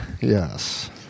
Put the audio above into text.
yes